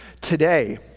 today